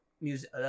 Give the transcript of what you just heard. music